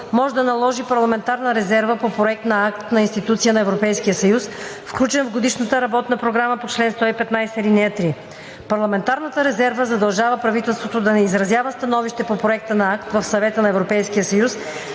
може да наложи парламентарна резерва по проект на акт на институция на Европейския съюз, включен в годишната работна програма по чл. 115, ал. 3. Парламентарната резерва задължава правителството да не изразява становище по проекта на акт в Съвета на